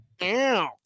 Ow